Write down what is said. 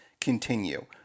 continue